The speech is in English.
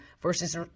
versus